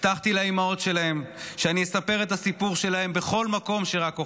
הבטחתי לאימהות שלהם שאני אספר את הסיפור שלהם בכל מקום שרק אוכל.